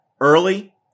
early